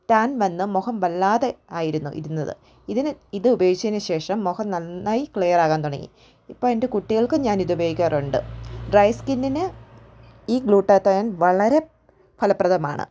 tan വന്ന് മുഖം വല്ലാതെ ആയിരുന്നു ഇരുന്നത് ഇതിന് ഇത് ഉപയോഗിച്ചതിന് ശേഷം മുഖം നന്നായി ക്ലിയർ ആകാൻ തുടങ്ങി ഇപ്പം എൻ്റെ കുട്ടികൾക്കും ഞാൻ ഇത് ഉപയോഗിക്കാറുണ്ട് ഡ്രൈ സ്കിന്നിന് ഈ ഗ്ലൂട്ടാതയോൺ വളരെ ഫലപ്രദമാണ്